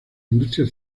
industria